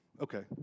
Okay